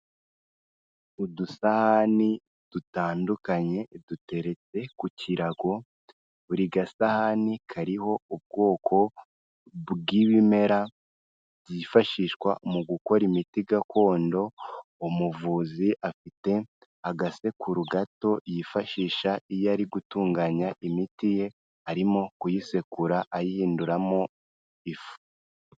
Udusahani dutandukanye duteretse ku kirago, buri gasahani kariho ubwoko bw'ibimera byifashishwa mu gukora imiti gakondo, umuvuzi afite agasekuru gato yifashisha iyo ari gutunganya imiti ye arimo kuyisekura ayihinduramo ifu.